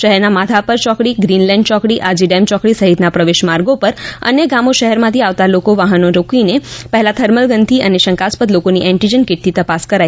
શહેરના માધાપર ચોકડી ગ્રીનલેન્ઠ ચોકડી આજીડેમ ચોકડી સહિતના પ્રવેશ માર્ગો પર અન્ય ગામો શહેરમાંથી આવતાં લોકો વાહનો રોકીને પહેલાં થર્મલગનથી અને શંકાસ્પદ લોકોની એન્ટીજન કીટથી તપાસ કરાઇ રહી છે